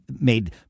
made